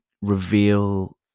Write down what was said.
reveal